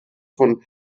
von